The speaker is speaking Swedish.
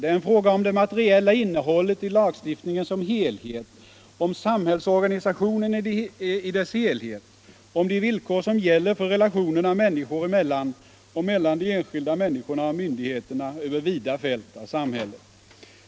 Det är en fråga om det materiella innehållet i lagstiftningen som helhet, om samhällsorganisationen i dess helhet, om de villkor som gäller för relationerna människor emellan och mellan de enskilda människorna och myndigheter över vida fält av samhället.